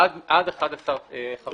עד 11 חברי דירקטורים.